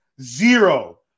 Zero